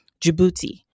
Djibouti